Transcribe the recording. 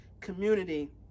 Community